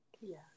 Yes